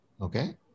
Okay